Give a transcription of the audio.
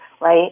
Right